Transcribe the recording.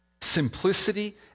Simplicity